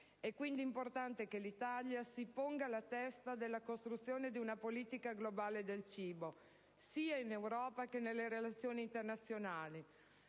È quindi importante che l'Italia si ponga alla testa della costruzione di una politica globale del cibo, sia in Europa che nelle relazioni internazionali,